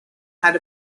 had